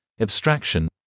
abstraction